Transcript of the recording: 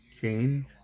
change